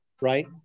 right